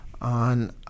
on